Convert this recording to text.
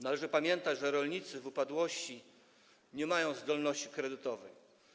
Należy pamiętać, że rolnicy w upadłości nie mają zdolności kredytowej.